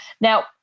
Now